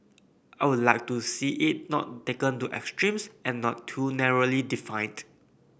I would like to see it not taken to extremes and not too narrowly defined